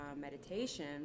meditation